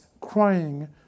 crying